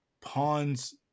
pawns